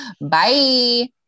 Bye